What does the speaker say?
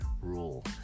rule